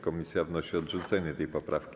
Komisja wnosi o odrzucenie tej poprawki.